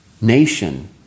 nation